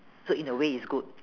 so in a way is good